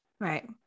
Right